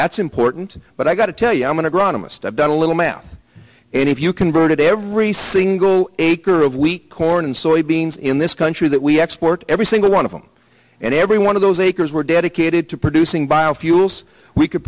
that's important but i've got to tell you i'm going agronomist i've done a little math and if you converted every single acre of wheat corn soybeans in this country that we export every single one of them and every one of those acres were dedicated to producing biofuels we could